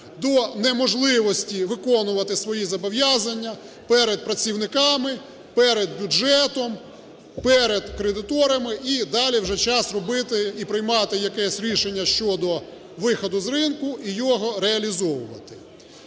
до неможливості виконувати свої зобов'язання перед працівниками, перед бюджетом, перед кредиторами і далі вже час робити, і приймати якесь рішення щодо виходу з ринку, і його реалізовувати.